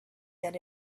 that